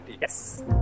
Yes